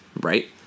right